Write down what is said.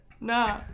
Nah